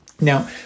Now